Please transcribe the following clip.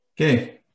Okay